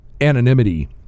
anonymity